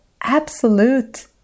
absolute